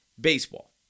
baseball